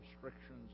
restrictions